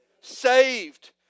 saved